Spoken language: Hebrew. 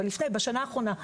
אבל בשנה האחרונה,